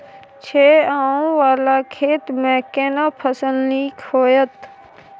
छै ॉंव वाला खेत में केना फसल नीक होयत?